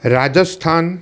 Rajasthan